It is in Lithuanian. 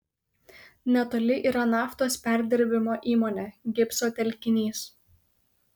netoli yra naftos perdirbimo įmonė gipso telkinys